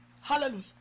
Hallelujah